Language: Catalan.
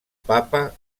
papa